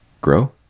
grow